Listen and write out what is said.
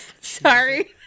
sorry